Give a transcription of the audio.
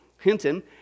Hinton